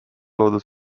loodud